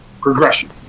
progression